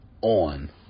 on